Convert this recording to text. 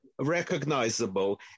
Recognizable